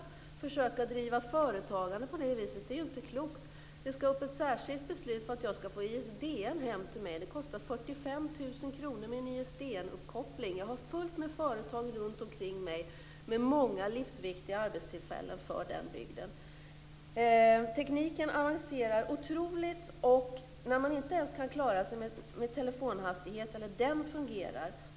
Att på det viset försöka bedriva företagande är ju inte klokt! Det skall till ett särskilt beslut för att jag skall få ISDN hem till mig. En ISDN-uppkoppling kostar 45 000 kr. Men runtomkring mig finns det fullt med företag som ger många livsviktiga arbetstillfällen för den bygden. Tekniken avancerar otroligt när man inte ens kan klara sig med telefonhastighet.